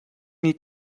need